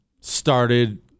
started